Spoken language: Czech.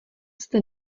jste